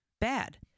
bad